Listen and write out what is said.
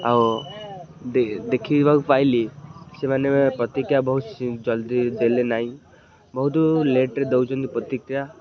ଆଉ ଦେଖିବାକୁ ପାଇଲି ସେମାନେ ପ୍ରତିକ୍ରିୟା ବହୁତ ଜଲଦି ଦେଲେ ନାହିଁ ବହୁତ ଲେଟ୍ରେ ଦେଉଛନ୍ତି ପ୍ରତିକ୍ରିୟା